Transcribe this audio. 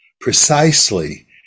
precisely